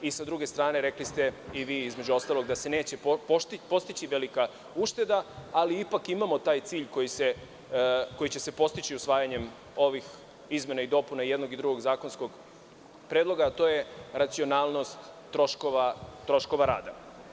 S druge strane, rekli ste i vi između ostalog da se neće postići velika ušteda, ali ipak imamo taj cilj koji će se postići usvajanjem ovih izmena i dopuna i jednog i drugog zakonskog predloga, a to je racionalnost troškova rada.